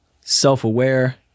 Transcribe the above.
self-aware